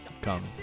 come